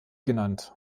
genannt